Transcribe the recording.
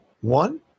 One